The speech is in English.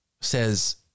says